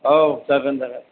औ जागोन जागोन